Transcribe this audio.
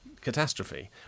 catastrophe